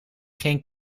geen